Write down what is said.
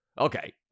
Okay